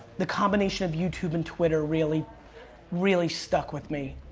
the combination of youtube and twitter really really stuck with me.